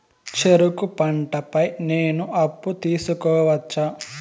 చెరుకు పంట పై నేను అప్పు తీసుకోవచ్చా?